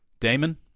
Damon